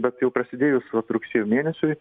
bet jau prasidėjus vat rugsėjui mėnesiui